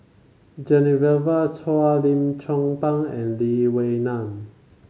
Genevieve Chua Lim Chong Pang and Lee Wee Nam